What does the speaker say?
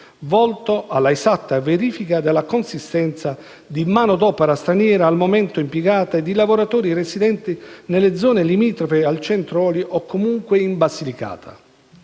volto alla esatta verifica della consistenza di manodopera straniera al momento impiegata e di lavoratori residenti nelle zone limitrofe al Centro oli o comunque in Basilicata.